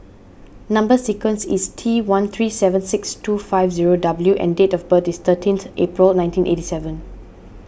Number Sequence is T one three seven six two five zero W and date of birth is thirteenth April nineteen eighty seven